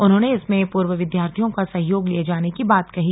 उन्होंने इसमें पूर्व विद्यार्थियों का सहयोग लिये जाने की बात कही